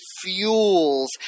fuels